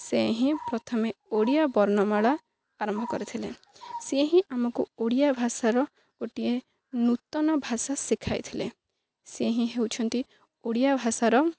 ସେ ହିଁ ପ୍ରଥମେ ଓଡ଼ିଆ ବର୍ଣ୍ଣମାଳା ଆରମ୍ଭ କରିଥିଲେ ସିଏ ହିଁ ଆମକୁ ଓଡ଼ିଆ ଭାଷାର ଗୋଟିଏ ନୂତନ ଭାଷା ଶିଖାଇ ଥିଲେ ସିଏ ହିଁ ହେଉଛନ୍ତି ଓଡ଼ିଆ ଭାଷାର